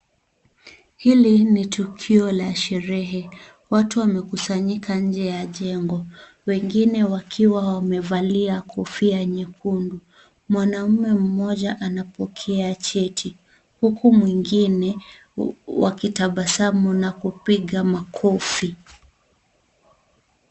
Hili ni tukio la sherehe. Watu wamekusanyika nje ya jengo. Wengine wakiwa wamevalia kofia nyekundu. Mwanaume mmoja anapokea cheti, huku mwingine wakitabasamu na kupiga makofi.